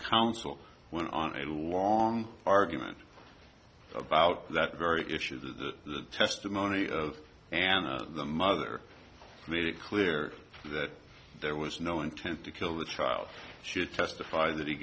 counsel went on a long argument about that very issue the testimony of and the mother made it clear that there was no intent to kill the child should testify that he